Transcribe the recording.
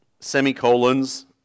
semicolons